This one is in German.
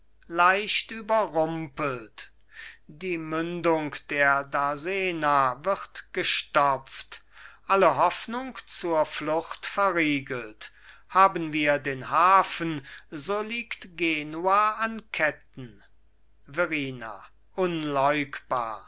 leicht überrumpelt die mündung der darsena wird gestopft alle hoffnung zur flucht verriegelt haben wir den hafen so liegt genua an ketten